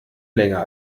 länger